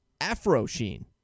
Afro-Sheen